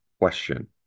question